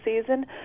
season